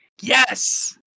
Yes